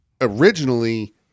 Originally